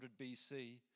BC